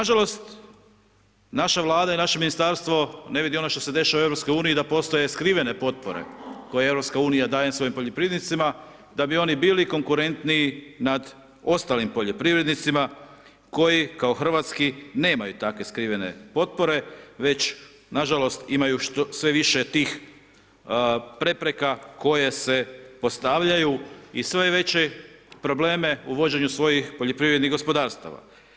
Nažalost, naša Vlada i naše ministarstvo ne vidi ono što se dešava u EU-u, da postoje skrivene potpore koje EU daje svojim poljoprivrednicima da bi oni bili konkurentniji nad ostalim poljoprivrednicima koji kao hrvatski nemaju takve skrivene potpore već nažalost imaju sve više tih prepreka koje se postavljaju i sve veće probleme u vođenju svojih poljoprivrednih gospodarstava.